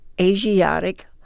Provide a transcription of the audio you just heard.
Asiatic